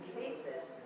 cases